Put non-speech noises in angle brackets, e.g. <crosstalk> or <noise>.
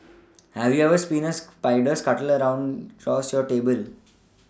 have you ever <unintelligible> a spider scuttle a down yours your table